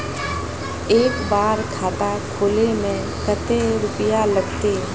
एक बार खाता खोले में कते रुपया लगते?